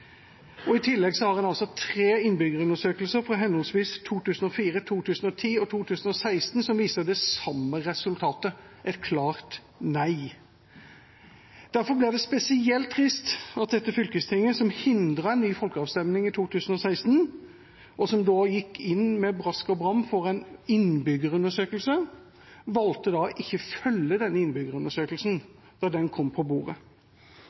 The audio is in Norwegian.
pst. I tillegg har det vært tre innbyggerundersøkelser fra 2004, 2010 og 2016, som viser det samme resultatet: et klart nei. Derfor blir det spesielt trist at dette fylkestinget, som hindret en ny folkeavstemning i 2016, og som da gikk inn for – med brask og bram – en innbyggerundersøkelse, valgte ikke å følge denne innbyggerundersøkelsen da den kom på bordet.